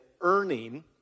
earning